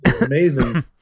amazing